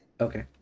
Okay